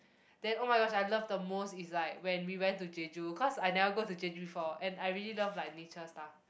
then oh-my-gosh I love the most is like when we went to jeju cause I never go to jeju before and I really love like nature stuff